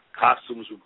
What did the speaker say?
costumes